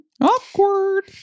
Awkward